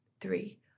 three